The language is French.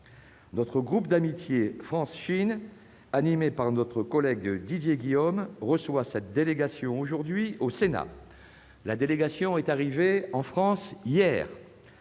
Le groupe d'amitié France-Chine du Sénat, animé par notre collègue Didier Guillaume, reçoit cette délégation aujourd'hui dans nos murs. La délégation est arrivée en France hier.